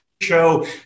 show